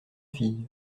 fille